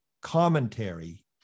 commentary